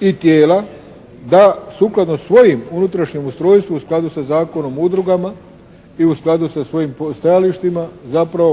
i tijela, da sukladno svojem unutrašnjem ustrojstvu u skladu sa Zakonom o udrugama i u skladu sa svojim stajalištima